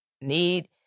need